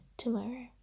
tomorrow